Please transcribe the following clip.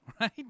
right